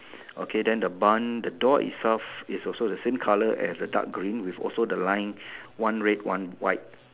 okay then the bun the door itself is also the same colour as the dark green with also the line one red one white